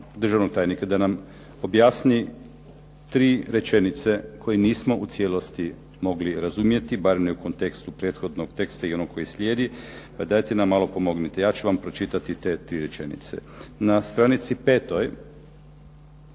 državnog tajnika da nam objasni tri rečenice koje nismo u cijelosti mogli razumjeti bar ne u kontekstu prethodnog teksta i onog koji slijedi, pa dajte nam malo pomognite. Ja ću vam pročitati te tri rečenice. Na stranici 5.